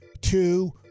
two